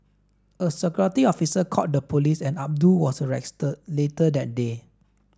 a security officer called the police and Abdul was arrested later that day